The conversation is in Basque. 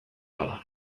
bada